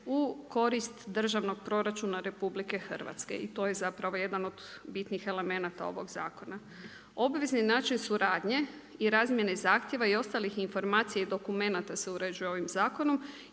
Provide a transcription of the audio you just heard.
u korist državnog proračuna RH. I to je zapravo jedan od bitnih elemenata ovog zakona. Obvezni način suradnje i razmjene zahtjeva i ostalih informacija i dokumenata se uređuje ovim zakonom